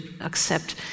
accept